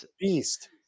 beast